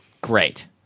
great